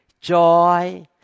joy